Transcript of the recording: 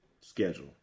Schedule